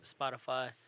Spotify